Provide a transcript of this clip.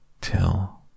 till